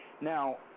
Now